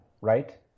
right